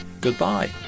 goodbye